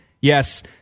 Yes